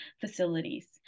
facilities